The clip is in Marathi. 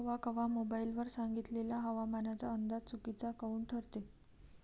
कवा कवा मोबाईल वर सांगितलेला हवामानाचा अंदाज चुकीचा काऊन ठरते?